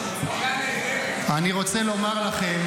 אני רוצה לומר לכם